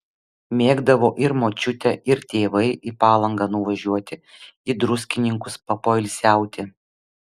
mėgdavo ir močiutė ir tėvai į palangą nuvažiuoti į druskininkus papoilsiauti